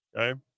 okay